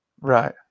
Right